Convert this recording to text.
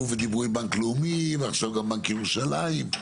ודיברו עם בנק לאומי ועכשיו גם בנק ירושלים,